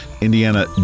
Indiana